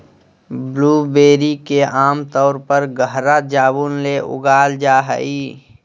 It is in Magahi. ब्लूबेरी के आमतौर पर गहरा जामुन ले उगाल जा हइ